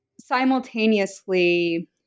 simultaneously